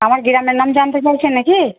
আমার গ্রামের নাম জানতে চাইছেন নাকি